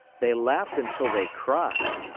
they laughed until they cried.